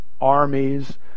armies